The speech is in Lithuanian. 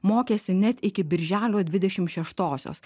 mokėsi net iki birželio dvidešim šeštosios